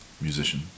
musician